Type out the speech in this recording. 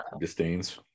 disdains